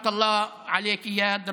רחמת אללה עליכ, איאד.